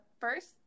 First